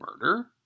murder